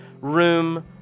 room